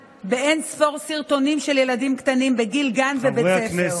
באין-ספור סרטונים של ילדים קטנים בגיל גן ובית ספר,